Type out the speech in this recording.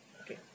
Okay